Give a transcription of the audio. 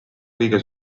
kõige